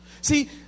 See